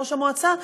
ראש המועצה,